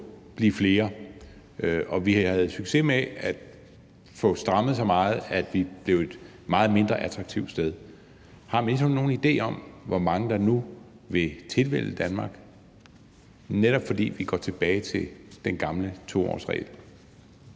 blive flere. Og vi havde succes med at få strammet så meget, at vi blev et meget mindre attraktivt sted. Har ministeren nogen idé om, hvor mange der nu vil tilvælge Danmark, netop fordi vi går tilbage til den gamle 2-årsregel?